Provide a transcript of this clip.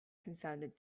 confounded